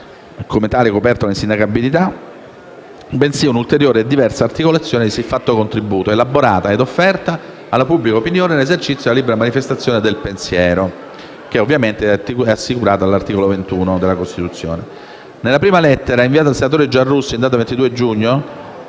(come tale coperto dall'insindacabilità (...)), bensì una ulteriore e diversa articolazione di siffatto contributo, elaborata ed offerta alla pubblica opinione nell'esercizio della libera manifestazione del pensiero assicurata a tutti dall'art. 21 Costituzione». Nella prima lettera, inviata dal senatore Giarrusso in data 22 giugno,